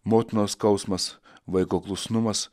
motinos skausmas vaiko klusnumas